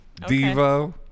Devo